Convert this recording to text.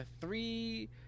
Three